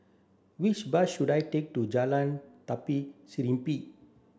which bus should I take to Jalan Tari Serimpi